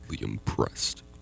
impressed